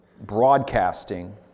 broadcasting